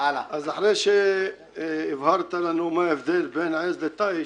אז אחרי שהבהרת לנו מה ההבדל בין עז לתיש,